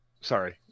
Sorry